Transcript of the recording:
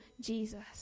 Jesus